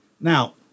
Now